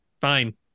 fine